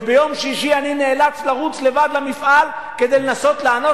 וביום שישי אני נאלץ לרוץ לבד למפעל כדי לנסות לענות